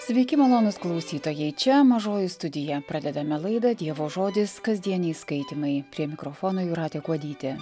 sveiki malonūs klausytojai čia mažoji studija pradedame laidą dievo žodis kasdieniai skaitymai prie mikrofono jūratė kuodytė